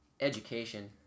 education